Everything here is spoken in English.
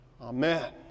Amen